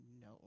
no